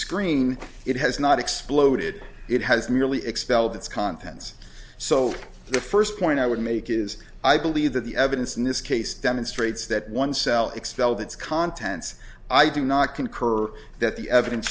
screen it has not exploded it has merely expelled its contents so the first point i would make is i believe that the evidence in this case demonstrates that one cell expelled its contents i do not concur that the evidence